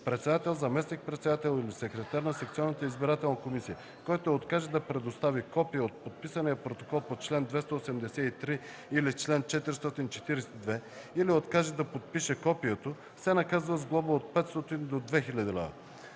Председател, заместник-председател или секретар на секционна избирателна комисия, който откаже да предостави копие от подписания протокол по чл. 283 или чл. 442 или откаже да подпише копието, се наказва с глоба от 500 до 2000 лв.